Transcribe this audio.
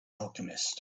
alchemist